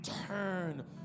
turn